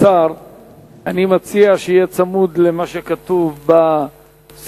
אני מציע שיהיה צמוד למה שכתוב בסדר-היום,